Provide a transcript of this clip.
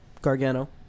Gargano